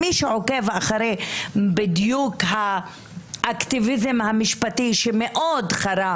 מי שעוקב אחרי האקטיביזם המשפטי שמאוד חרה